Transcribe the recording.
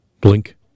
Blink